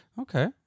Okay